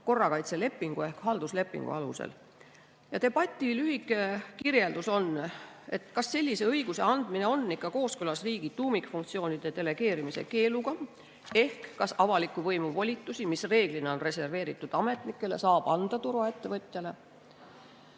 korrakaitselepingu ehk halduslepingu alusel. Debati lühike kirjeldus on selline. Kas sellise õiguse andmine on ikka kooskõlas riigi tuumikfunktsioonide delegeerimise keeluga ehk kas avaliku võimu volitusi, mis reeglina on reserveeritud ametnikele, saab anda turvaettevõtjale?